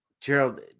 Gerald